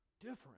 different